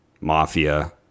mafia